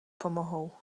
pomohou